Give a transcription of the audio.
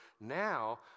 Now